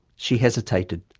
she hesitated,